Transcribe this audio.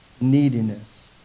neediness